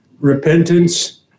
repentance